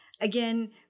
again